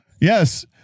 Yes